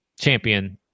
champion